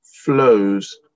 flows